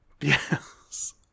Yes